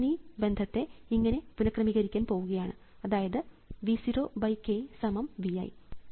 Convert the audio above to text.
ഞാൻ ഈ ബന്ധത്തെ ഇങ്ങനെ പുനക്രമീകരിക്കാൻ പോവുകയാണ് അതായത് V 0k സമം V i